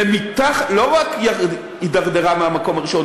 ולא רק הידרדרה מהמקום הראשון,